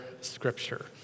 scripture